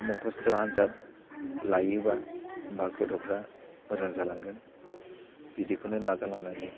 मख'सथ' आनजाद लायोबा होनबा गथ'फ्रा मोजां जालांगोन बिदिखौनो नाजालांनांगोन